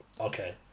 Okay